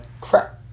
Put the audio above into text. crap